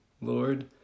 Lord